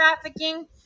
trafficking